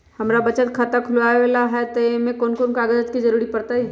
हमरा बचत खाता खुलावेला है त ए में कौन कौन कागजात के जरूरी परतई?